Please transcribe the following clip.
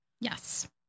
Yes